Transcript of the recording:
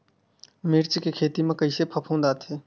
मिर्च के खेती म कइसे फफूंद आथे?